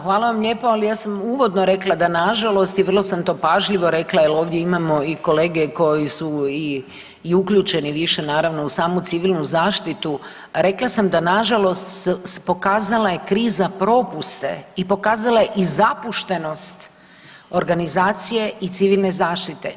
Hvala vam lijepo, ali ja sam uvodno rekla da nažalost i vrlo sam to pažljivo rekla jer ovdje imamo i kolege koji su i uključeni više naravno u samu civilnu zaštitu, rekla sam da nažalost, pokazala je kriza propuste i pokazala je i zapuštenost organizacije i civilne zaštite.